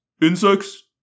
insects